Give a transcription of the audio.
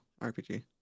RPG